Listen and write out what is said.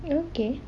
okay